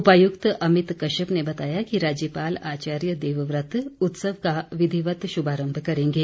उपायुक्त अमित कश्यप ने बताया कि राज्यपाल आचार्य देवव्रत उत्सव का विधिवत शुभारम्भ करेंगे